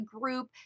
group